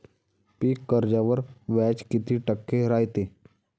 पीक कर्जावर व्याज किती टक्के रायते?